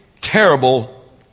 terrible